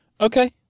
Okay